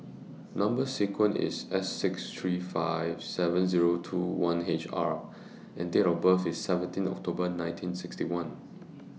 Number sequence IS S six three five seven Zero two one R and Date of birth IS seventeen October nineteen sixty one